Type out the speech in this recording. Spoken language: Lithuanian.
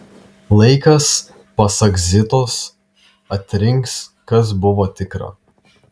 laikas pasak zitos atrinks kas buvo tikra